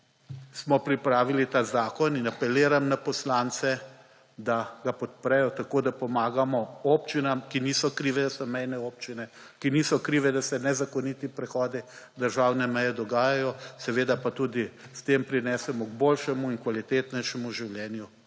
smo pripravili ta zakon. In apeliram na poslance, da ga podprejo tako, da pomagamo občinam, ki niso krive, da so mejne občine, ki niso krive, da se nezakoniti prehodi državne meje dogajajo. Seveda pa tudi s tem prinesemo k boljšemu in kvalitetnejšemu življenju